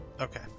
Okay